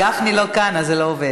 גפני לא כאן, אז זה לא עובד.